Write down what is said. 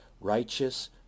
Righteous